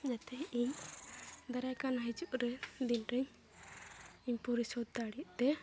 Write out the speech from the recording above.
ᱡᱟᱛᱮ ᱤᱧ ᱫᱟᱨᱟᱭ ᱠᱟᱱ ᱦᱤᱡᱩᱜ ᱨᱮ ᱫᱤᱱ ᱨᱮᱧ ᱯᱚᱨᱤᱥᱳᱫᱷ ᱫᱟᱲᱮᱜ ᱛᱮ